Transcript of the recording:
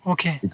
Okay